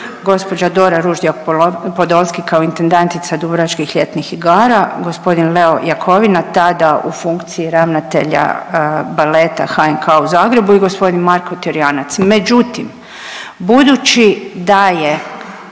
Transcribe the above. gospođa Dora Ružjak Podolski kao intendantica Dubrovačkih ljetnih igara, g. Leo Jakovina tada u funkciji ravnatelja Baleta HNK u Zagrebu i g. Marko Torjanac. Međutim, budući da je